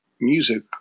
music